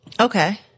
okay